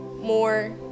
more